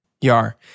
Yar